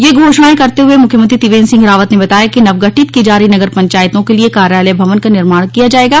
यह घोषणांए करते हुए मुख्यमंत्री त्रिवेन्द्र सिंह रावत ने बताया कि नवगठित की जा रही नगर पंचायतों के लिए कार्यालय भवन का निर्माण किया जायेगा